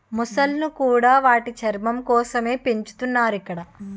మొసళ్ళను కూడా వాటి చర్మం కోసమే పెంచుతున్నారు ఇక్కడ